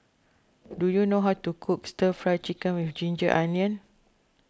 do you know how to cook Stir Fry Chicken with Ginger Onions